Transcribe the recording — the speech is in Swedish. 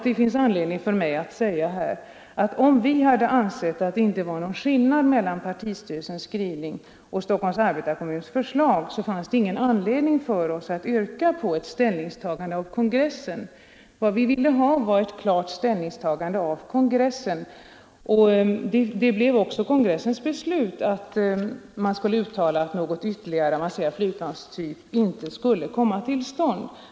Det finns anledning att säga att om vi ansett att det inte rådde någon skillnad mellan partistyrelsens skrivning och Stockholms arbetarkommuns förslag på denna punkt, fanns det ingen anledning för oss att yrka på ett ställningstagande av kongressen. Vi ville ha ett klart ställningstagande av ns beslut blev att man skulle uttala att någon kongressen, och kongress ytterligare avancerad flygplanstyp inte skulle komma till stånd.